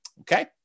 Okay